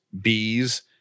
bees